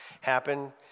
happen